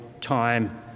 time